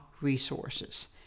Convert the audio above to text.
resources